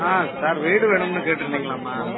ஆ sir வீடு வேணும்னு கேட்டிருந்திங்களாமா